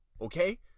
Okay